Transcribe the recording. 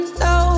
no